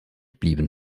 blieben